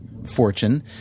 fortune